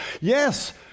Yes